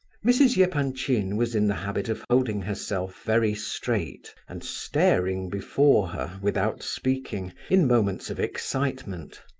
mrs. yeah epanchin was in the habit of holding herself very straight, and staring before her, without speaking, in moments of excitement.